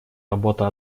работа